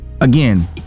again